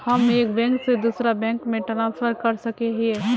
हम एक बैंक से दूसरा बैंक में ट्रांसफर कर सके हिये?